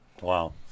Wow